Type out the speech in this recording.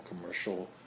commercial